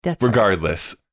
regardless